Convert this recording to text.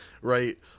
right